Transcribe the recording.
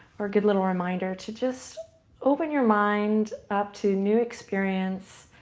for a good little reminder to just open your mind up to new experience.